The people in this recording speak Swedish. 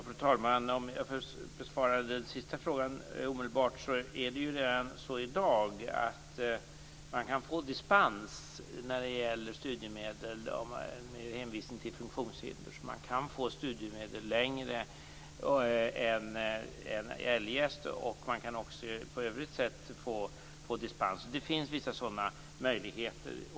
Fru talman! Om jag besvarar den sista frågan omedelbart kan jag säga att man redan i dag kan få dispens när det gäller studiemedel med hänvisning till funktionshinder. Man kan få studiemedel längre än eljest, och man kan också på övrigt sätt få dispens. Det finns vissa sådana möjligheter.